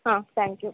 ಹಾಂ thank you